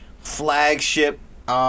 flagship